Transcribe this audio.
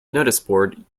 noticeboard